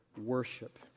worship